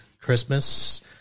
Christmas